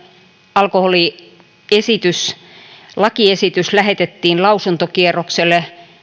alkoholilakiesitys lähetettiin lausuntokierrokselle